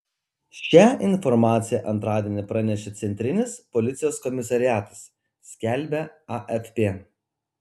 šią informaciją antradienį pranešė centrinis policijos komisariatas skelbia afp